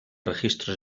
registros